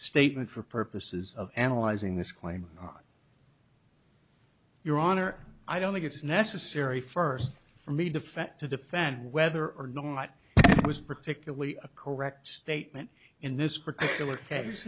statement for purposes of analyzing this claim on your honor i don't think it's necessary first for me defect to defend whether or not it was particularly a correct statement in this particular case